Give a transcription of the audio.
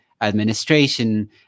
administration